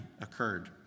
occurred